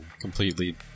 completely